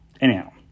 Anyhow